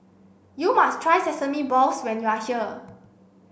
you must try sesame balls when you are here